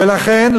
ולכן,